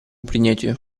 принятию